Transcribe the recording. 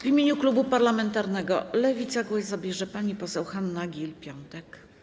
W imieniu klubu parlamentarnego Lewica głos zabierze pani poseł Hanna Gill-Piątek.